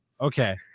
Okay